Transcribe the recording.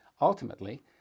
ultimately